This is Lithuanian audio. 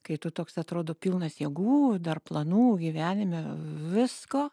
kai tu toks atrodo pilnas jėgų dar planų gyvenime visko